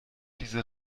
diese